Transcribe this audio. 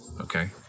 okay